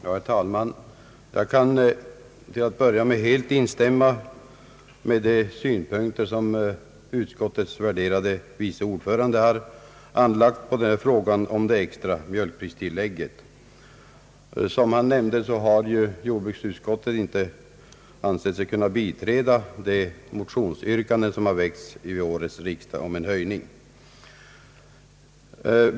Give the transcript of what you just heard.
Herr talman! Jag kan till att börja med helt instämma i de synpunkter som utskottets värderade vice ordförande herr Mossberger anlagt på denna fråga om det extra mjölkpristillägget. Som han nämnde har jordbruksutskottet inte ansett sig kunna biträda de motioner om höjning som väckts vid årets riksdag.